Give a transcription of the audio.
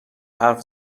حرف